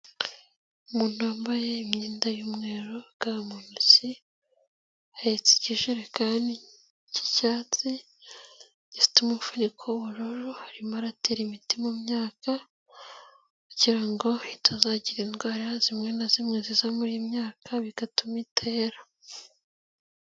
Umuntu wambaye imyenda y'umweru ga ntoki ahetse ikijerekani cy'icyatsi gifite umufuniko w'ubururu arimo atera imiti mu myakagira ngo itazagira indwara zimwe na zimwe ziza muri iyi myaka bigatuma itera.